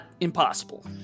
impossible